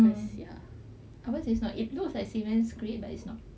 ours is not it looks like cement's grey but it's not